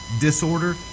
disorder